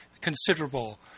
considerable